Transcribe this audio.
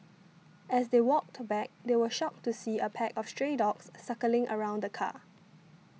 as they walked back they were shocked to see a pack of stray dogs circling around the car